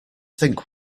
think